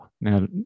Now